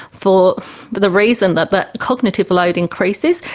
for the reason that that cognitive load increases.